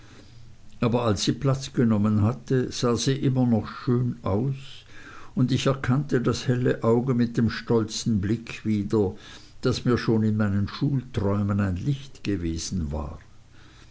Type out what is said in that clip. aber als sie platz genommen hatte sah sie immer noch schön aus und ich erkannte das helle auge mit dem stolzen blick wieder das mir schon in meinen schulträumen ein licht gewesen war